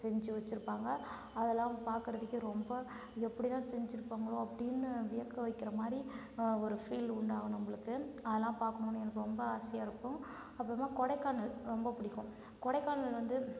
செஞ்சு வச்சிருப்பாங்க அதெல்லாம் பார்க்கறதுக்கே ரொம்ப எப்படிதான் செஞ்சிருப்பாங்களோ அப்படினு வியக்க வைக்கிற மாரி ஒரு ஃபீல் உண்டாகும் நம்பமளுக்கு அதெல்லாம் பார்க்கணுன்னு எனக்கு ரொம்ப ஆசையாக இருக்கும் அப்புறமா கொடைக்கானல் ரொம்ப பிடிக்கும் கொடைக்கானல் வந்து